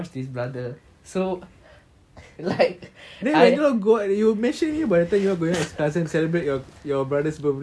then you go and you mentioned that time you all go out with your cousins celebrate your your brother's birthday so இவன் வருவானா இல்ல:ivan varuvaana illa